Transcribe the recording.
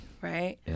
right